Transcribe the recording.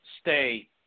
stay